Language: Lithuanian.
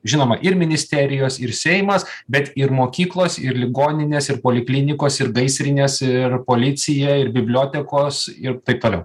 žinoma ir ministerijos ir seimas bet ir mokyklos ir ligoninės ir poliklinikos ir gaisrinės ir policija ir bibliotekos ir taip toliau